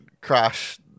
crash